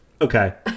Okay